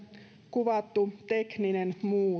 kuvattu tekninen